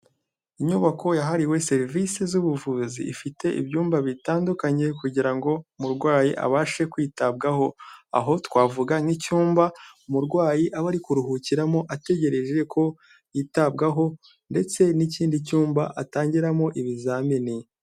Inyubako yahariwe serivisi z'ubuvuzi. Ifite ibyumba bitandukanye kugira ngo umurwayi abashe kwitabwaho. Aho twavuga nk'icyumba umurwayi aba ari kuruhukiramo ategereje ko yitabwaho, ndetse n'ikindi cyumba atangiramo ibizamini.